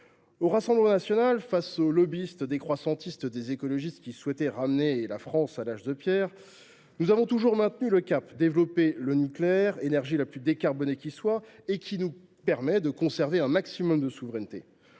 Au Rassemblement national, face au lobbyisme « décroissantiste » des écologistes, qui souhaitent ramener la France à l’âge de pierre, nous avons toujours maintenu le cap : développer le nucléaire, l’énergie la plus décarbonée qui soit, pour nous permette de conserver un maximum de souveraineté.